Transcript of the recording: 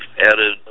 added